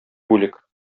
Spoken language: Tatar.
бүлек